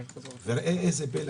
וראה זה פלא,